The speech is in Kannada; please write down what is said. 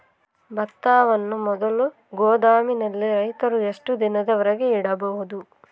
ಭತ್ತವನ್ನು ಮೊದಲು ಗೋದಾಮಿನಲ್ಲಿ ರೈತರು ಎಷ್ಟು ದಿನದವರೆಗೆ ಇಡಬಹುದು?